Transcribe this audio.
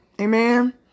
Amen